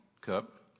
cup